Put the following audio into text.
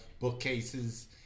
bookcases